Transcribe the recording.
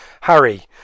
Harry